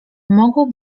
mogą